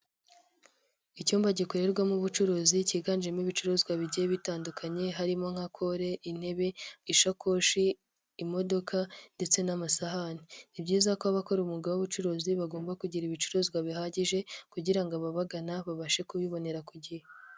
Icyumba gikorerwamo ubucuruzi kiganjemo ibicuruzwa bigiye bitandukanye harimo nka kore, intebe, ishakoshi, imodoka ndetse n'amasahani, ni byiza ko abakora umwuga w'ubucuruzi bagomba kugira ibicuruzwa bihagije kugira ngo ababagana babashe kubibonera ku gihe.